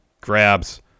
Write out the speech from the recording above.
grabs